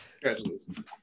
Congratulations